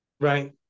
Right